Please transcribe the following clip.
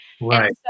Right